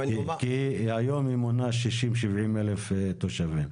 היום היא מונה 70,000-60,000 תושבים.